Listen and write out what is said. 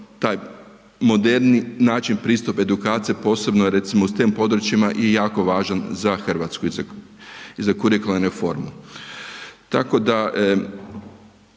taj moderni način pristup edukacija posebno je recimo u stem područjima i jako važan za RH i za kurikularnu reformu, tako da